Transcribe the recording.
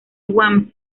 guam